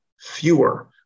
fewer